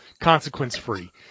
consequence-free